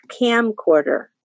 camcorder